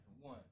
One